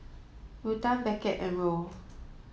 Ruthann Beckett and Roll